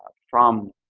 ah from